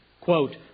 quote